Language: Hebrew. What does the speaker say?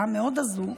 הרעה מאוד הזו,